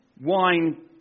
wine